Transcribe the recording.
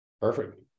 perfect